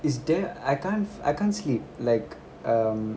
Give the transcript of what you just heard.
is dam~ I can't I can't sleep like um